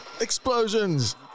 Explosions